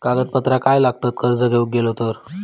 कागदपत्रा काय लागतत कर्ज घेऊक गेलो तर?